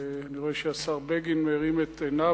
אני רואה שהשר בגין מרים את עיניו,